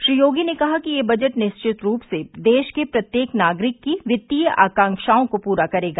श्री योगी ने कहा कि यह बजट निश्चित रूप से देश के प्रत्येक नागरिक की वित्तीय आकांक्षाओं को पूरा करेगा